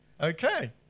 okay